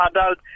adult